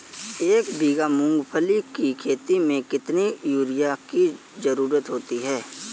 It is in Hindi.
एक बीघा मूंगफली की खेती में कितनी यूरिया की ज़रुरत होती है?